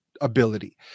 ability